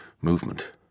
Movement